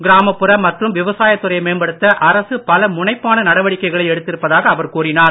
கிராமப்புற மற்றும் விவசாயத் துறையை மேம்படுத்த அரசு பல முனைப்பான நடவடிக்கைகளை எடுத்திருப்பதாக அவர் கூறினார்